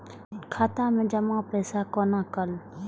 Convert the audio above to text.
खाता मैं जमा पैसा कोना कल